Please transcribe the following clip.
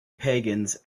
pagans